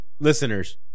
listeners